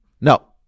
No